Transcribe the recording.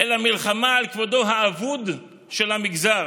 אלא של מלחמה על כבודו האבוד של המגזר.